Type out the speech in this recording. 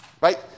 right